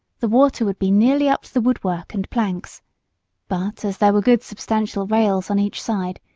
the water would be nearly up to the woodwork and planks but as there were good substantial rails on each side,